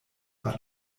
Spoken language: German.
war